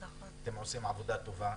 אתם עושים עבודה טובה,